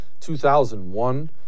2001